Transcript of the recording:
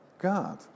God